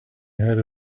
ahead